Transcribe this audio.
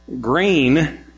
green